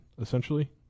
essentially